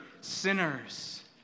sinners